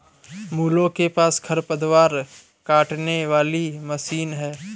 मोलू के पास खरपतवार काटने वाली मशीन है